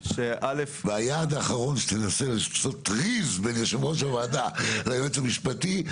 היעד האחרון שתנסה לעשות טריז בין יושב ראש הוועדה ליועץ המשפטי,